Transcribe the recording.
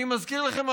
אני מזכיר לכם,